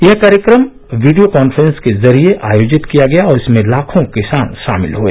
यह कार्यक्रम video conference के जरिये आयोजित किया गया और इसमें लाखों किसान शामिल हुए